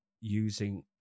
using